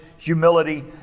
humility